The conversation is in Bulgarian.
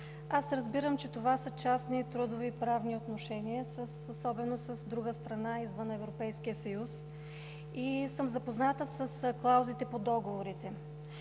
аз разбирам, че това са частни, трудови, правни отношения особено с друга страна извън Европейския съюз и съм запозната с клаузите по договорите,